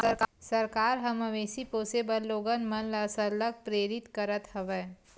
सरकार ह मवेशी पोसे बर लोगन मन ल सरलग प्रेरित करत हवय